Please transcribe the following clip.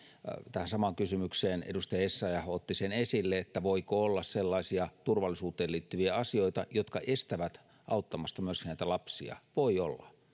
tähän samaan kysymykseen edustaja essayah otti sen esille että voiko olla sellaisia turvallisuuteen liittyviä asioita jotka estävät auttamasta myös näitä lapsia voi olla